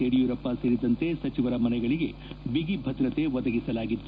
ಯಡಿಯೂರಪ್ಪ ಸೇರಿದಂತೆ ಸಚಿವರ ಮನೆಗಳಗೆ ಬಗಿ ಭದ್ರತೆ ಒದಗಿಸಲಾಗಿತ್ತು